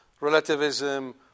relativism